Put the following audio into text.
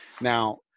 Now